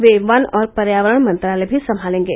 वे वन और पर्यावरण मंत्रालय भी संभालेंगे